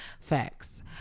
Facts